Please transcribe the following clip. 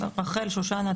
רחל או שושנה,